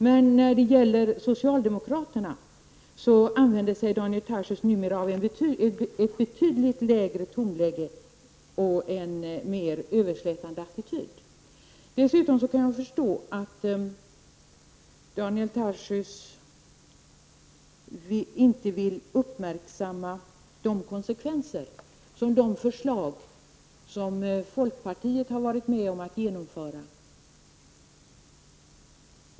Men när kritiken gäller socialdemokraterna använder Daniel Tarschys sig numera av ett betydligt lägre tonläge. Dessutom intar han då en mera överslätande attityd. Jag kan förstå att Daniel Tarschys inte vill uppmärksamma konsekvenserna av de förslag som folkpartiet har varit med om att genomföra.